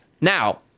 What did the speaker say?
Now